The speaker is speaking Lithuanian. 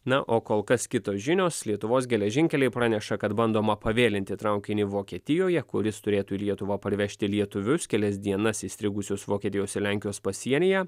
na o kol kas kitos žinios lietuvos geležinkeliai praneša kad bandoma pavėlinti traukinį vokietijoje kuris turėtų į lietuvą parvežti lietuvius kelias dienas įstrigusius vokietijos ir lenkijos pasienyje